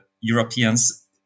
Europeans